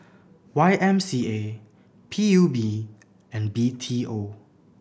Y M C A P U B and B T O